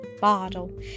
bottle